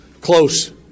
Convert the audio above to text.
close